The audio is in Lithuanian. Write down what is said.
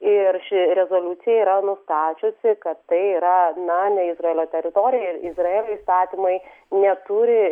ir ši rezoliucija yra nustačiusi kad tai yra na ne izraelio teritorija ir izraelio įstatymai neturi